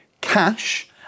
cash